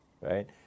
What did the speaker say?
right